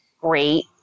great